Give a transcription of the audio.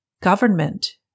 Government